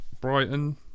Brighton